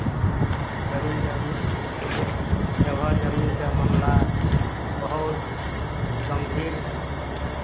जमीन जमीन जगह जमीनके मामिला बहुत गम्भीर